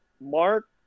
mark